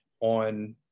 on